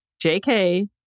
JK